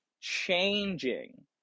changing